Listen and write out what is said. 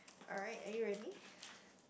alright are you ready